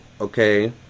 Okay